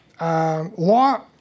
law